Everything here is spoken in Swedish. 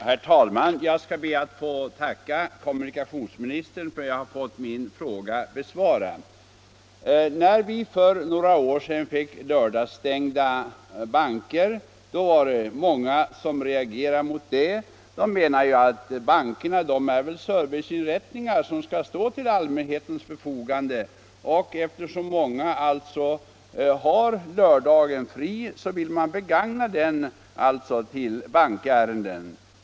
Herr talman! Jag skall be att få tacka kommunikationsministern för att jag har fått min fråga besvarad. När bankerna för några år sedan införde lördagsstängning var det många som reagerade mot det. Man ansåg att bankerna är serviceinrättningar som skall stå till allmänhetens förfogande, och många ville använda sina lediga lördagar till bankärenden.